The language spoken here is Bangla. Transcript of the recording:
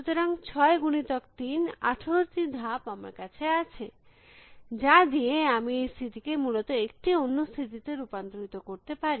সুতরাং 6 গুণিতক 3 18টি ধাপ আমার কাছে আছে যা দিয়ে আমি এই স্থিতিকে মূলত একটি অন্য স্থিতি তে রূপান্তরিত করতে পারি